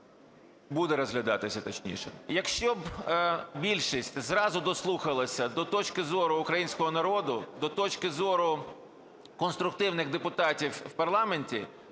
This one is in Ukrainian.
буде розглядатися. Якщо б більшість зразу дослухалася до точки зору українського народу, до точки зору конструктивних депутатів в парламенті,